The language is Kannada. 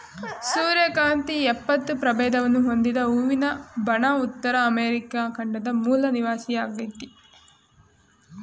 ಸೂರ್ಯಕಾಂತಿ ಎಪ್ಪತ್ತು ಪ್ರಭೇದವನ್ನು ಹೊಂದಿದ ಹೂವಿನ ಬಣ ಉತ್ತರ ಅಮೆರಿಕ ಖಂಡದ ಮೂಲ ನಿವಾಸಿಯಾಗಯ್ತೆ